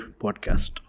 podcast